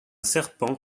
serpent